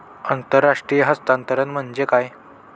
आंतरराष्ट्रीय हस्तांतरण म्हणजे काय?